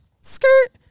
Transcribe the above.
skirt